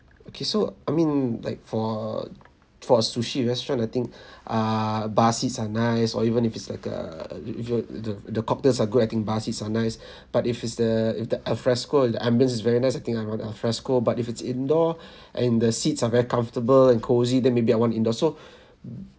okay so I mean like for for a sushi restaurant I think ah bar seats are nice or even if it's like a if the the the cocktails are good I think bar seats are nice but if it's the if the alfresco the ambience is very nice I think I want alfresco but if it's indoor and the seats are very comfortable and cosy then maybe I want indoor so